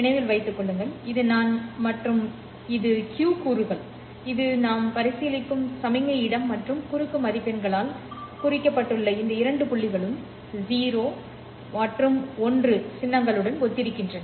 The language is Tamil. நினைவில் வைத்து கொள்ளுங்கள் இது நான் மற்றும் இது Q கூறுகள் இது நாம் பரிசீலிக்கும் சமிக்ஞை இடம் மற்றும் குறுக்கு மதிப்பெண்களால் நான் குறிக்கப்பட்டுள்ள இந்த இரண்டு புள்ளிகளும் 0 மற்றும் 1 சின்னங்களுடன் ஒத்திருக்கின்றன